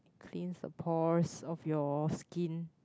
cleans the pores of your skin